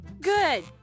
Good